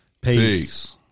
Peace